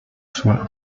soient